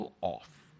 off